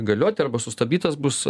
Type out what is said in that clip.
galioti arba sustabdytas bus